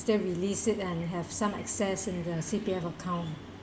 get release it and have some access in the C_P_F account